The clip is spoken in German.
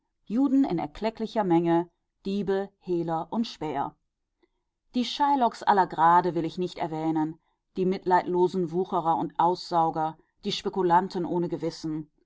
juden in erklecklicher menge diebe hehler und späher die shylocks aller grade will ich nicht erwähnen die mitleidlosen wucherer und aussauger die spekulanten ohne gewissen